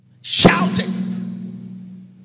Shouting